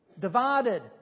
Divided